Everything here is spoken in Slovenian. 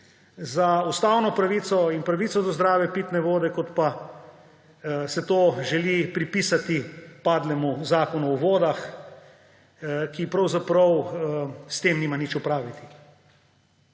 za ustavno pravico in pravico do zdrave pitne vode, kot pa se to želi pripisati padlemu Zakonu o vodah, ki pravzaprav s tem nima nič opraviti.